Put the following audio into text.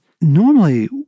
normally